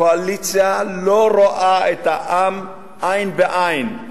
קואליציה שלא רואה את העם עין בעין,